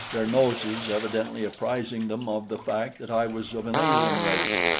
their noses evidently apprising them of the fact that i was of an alien race,